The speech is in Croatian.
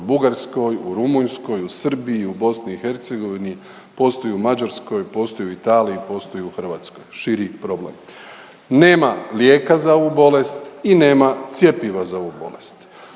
u Bugarskoj, u Rumunjskoj, u Srbiji, u Bosni i Hercegovini, postoji u Mađarskoj, postoji u Italiji, postoji u Hrvatskoj širi problem. Nema lijeka za ovu bolest i nema cjepiva za ovu bolest.